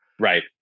Right